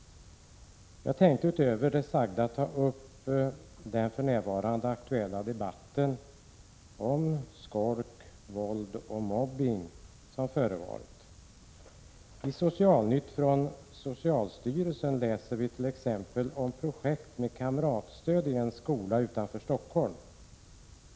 Jag tänkte utöver det sagda ta upp den aktuella debatten om skolk, våld och mobbning. I Socialnytt från socialstyrelsen läser vi t.ex. om projekt för kamratstöd i en skola utanför Stockholm.